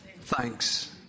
Thanks